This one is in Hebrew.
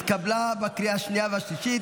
התקבלה בקריאה השנייה והשלישית,